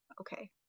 Okay